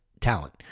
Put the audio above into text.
talent